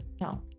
no